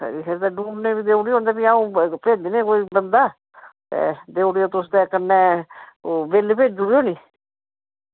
डूनै बी पजाई ओड़ेओ ते भी अंऊ भेजनी आं कोई बंदा देई ओड़ेओ तुस ते कनव्नै बिल भेजी ओड़ेओ नी